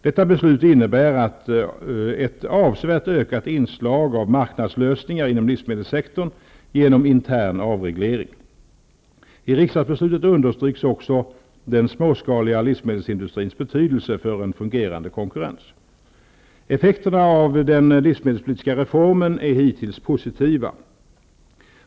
Detta beslut innebär ett avsevärt ökat inslag av marknadslösningar inom livsmedelssektorn genom intern avreglering. I riks dagsbeslutet understryks också den småskaliga livsmedelsindustrins bety delse för en fungerande konkurrens. Effekterna av den livsmedelspolitiska reformen är hittills positiva.